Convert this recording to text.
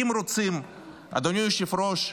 אדוני היושב-ראש,